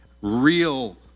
real